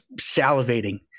salivating